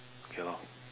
okay lor